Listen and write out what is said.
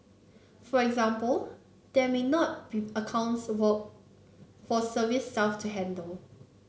for example there may not be accounts work for service staff to handle